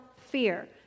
fear